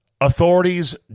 Authorities